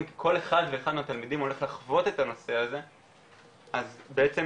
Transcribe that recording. שכל אחד מהם הולך לחוות את הנושא הזה אז בעצם